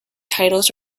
titles